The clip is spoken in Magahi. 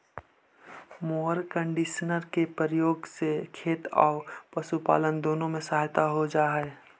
मोअर कन्डिशनर के प्रयोग से खेत औउर पशुपालन दुनो में सहायता हो जा हई